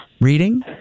reading